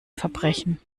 verbrechen